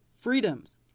freedoms